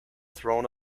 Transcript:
thrown